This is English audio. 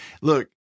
look